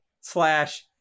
slash